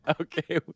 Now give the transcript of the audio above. Okay